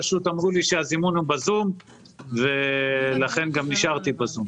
פשוט אמרו לי שהזימון הוא בזום ולכן גם נשארתי בזום.